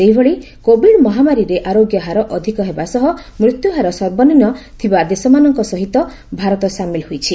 ସେହିଭଳି କୋଭିଡ୍ ମହାମାରୀରେ ଆରୋଗ୍ୟହାର ଅଧିକ ହେବା ସହ ମୃତ୍ୟୁହାର ମଧ୍ୟ ସର୍ବନିମ୍ନ ଥିବା ଦେଶମାନଙ୍କ ସହିତ ଭାରତ ସାମିଲ ହୋଇଛି